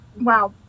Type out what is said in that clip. Wow